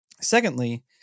Secondly